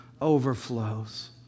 overflows